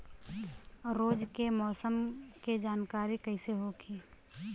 रोज के मौसम के जानकारी कइसे होखि?